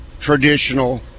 traditional